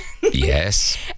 Yes